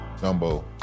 jumbo